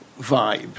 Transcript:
vibe